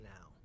now